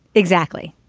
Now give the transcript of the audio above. exactly.